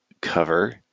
cover